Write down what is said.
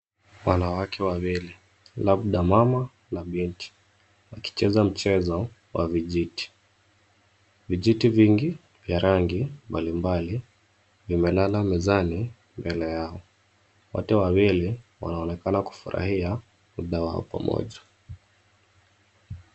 Wanawake wawili labda mama na binti wakicheza mchezo wa vijiti. Vijiti vingi vya rangi mbalimbali vimelala mezani mbele yao. Wote wawili wanaonekana kufurahia mda wao pamoja.